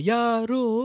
Yaro